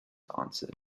answered